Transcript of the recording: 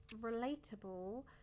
Relatable